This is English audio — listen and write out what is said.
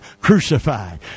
crucified